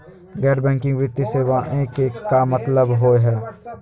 गैर बैंकिंग वित्तीय सेवाएं के का मतलब होई हे?